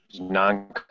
non